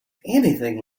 anything